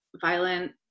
violent